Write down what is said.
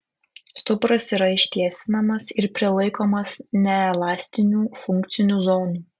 stuburas yra ištiesinamas ir prilaikomas neelastinių funkcinių zonų